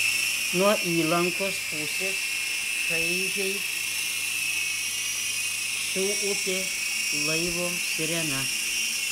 nuo įlankos pusės čaižiai suūkė laivo sirena